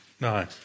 no